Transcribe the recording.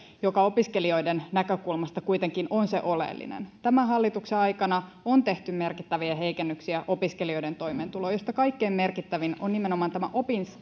joka opiskelijoiden näkökulmasta kuitenkin on se oleellinen tämän hallituksen aikana on tehty merkittäviä heikennyksiä opiskelijoiden toimeentuloon joista kaikkein merkittävin on nimenomaan tämä